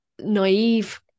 naive